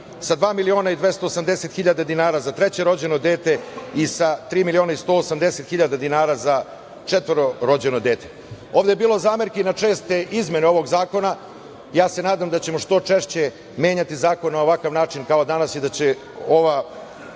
sa dva miliona i 280 hiljada dinara za treće rođeno dete i sa tri miliona 180 hiljada dinara za četvrto rođeno dete. Ovde je bilo zamerki na česte izmene ovog zakona. Ja se nadam da ćemo što češće menjati zakon na ovakav način kao danas i da će ova